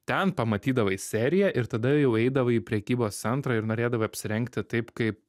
ten pamatydavai seriją ir tada jau eidavai į prekybos centrą ir norėdavai apsirengti taip kaip